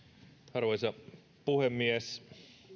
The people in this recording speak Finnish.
arvoisa herra puhemies